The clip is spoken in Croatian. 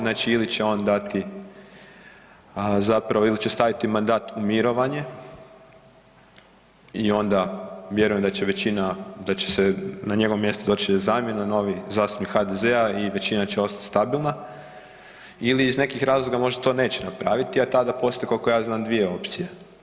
Znači ili će on dati, zapravo ili će staviti mandat u mirovanje i onda vjerujem da će većina, da će se na njegovo mjesto doći zamjena, novi zastupnik HDZ-a i većina će ostat stabilna ili iz nekih razloga možda to neće napraviti, a tada postoje, koliko ja znam, dvije opcije.